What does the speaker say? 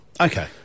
Okay